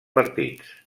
partits